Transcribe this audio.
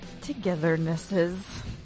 togethernesses